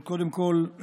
קודם כול,